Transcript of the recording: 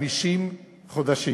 50 חודשים.